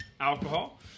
alcohol